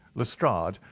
lestrade,